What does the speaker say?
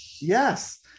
Yes